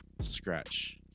Scratch